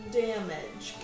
damage